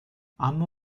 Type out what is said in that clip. اما